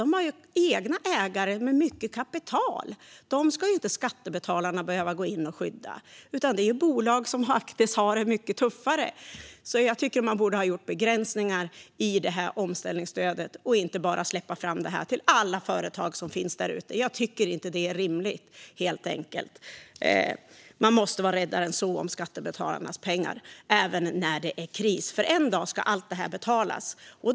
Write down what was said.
De har egna ägare med mycket kapital. Dem ska inte skattebetalarna behöva gå in och skydda. Det finns bolag som har det mycket tuffare. Man borde ha gjort begränsningar i omställningsstödet och inte bara släppt fram det till alla företag som finns därute. Jag tycker helt enkelt inte att det rimligt. Man måste vara räddare än så om skattebetalarnas pengar även när det är kris. En dag ska allt detta betalas.